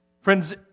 Friends